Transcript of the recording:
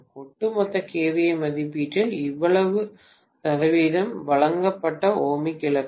ஒட்டுமொத்த KVA மதிப்பீட்டில் இவ்வளவு சதவீதம் வழங்கப்பட்ட ஓமிக் இழப்புகள்